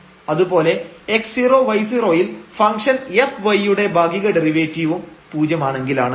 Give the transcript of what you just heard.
അതുപോലെ x0y0യിൽ function fy യുടെ ഭാഗിക ഡെറിവേറ്റീവും പൂജ്യമാണെങ്കിലാണ്